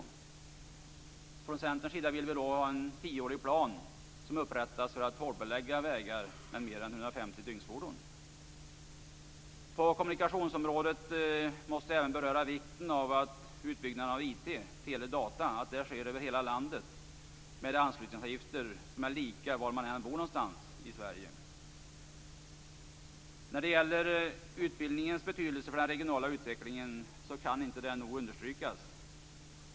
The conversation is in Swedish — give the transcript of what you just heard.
Vi från Centern vill att det skall upprättas en tioårig plan för att man skall kunna hårdbelägga vägar med mer än Beträffande kommuniaktionsområdet måste jag även beröra vikten av att utbyggnaden att IT, tele och data sker över hela landet och med samma anslutningsavgifter var man är bor någonstans. När det gäller utbildningens betydelse för den regionala utvecklingen kan denna inte nog understrykas.